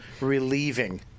Relieving